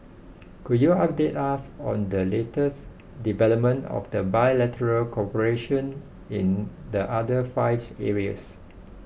could you update us on the latest development of the bilateral cooperation in the other five areas